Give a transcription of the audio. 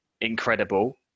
incredible